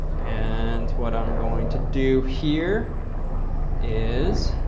and what i'm going to do here is